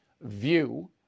view